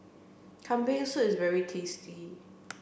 Kambing soup is very tasty